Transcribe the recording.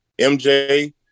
MJ